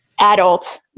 adult